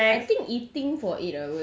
next okay next